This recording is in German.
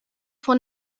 von